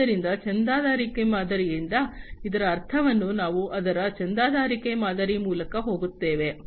ಆದ್ದರಿಂದ ಚಂದಾದಾರಿಕೆ ಮಾದರಿಯಿಂದ ಇದರ ಅರ್ಥವನ್ನು ನಾವು ಅದರ ಚಂದಾದಾರಿಕೆ ಮಾದರಿ ಮೂಲಕ ಹೋಗುತ್ತೇವೆ